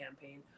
campaign